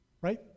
right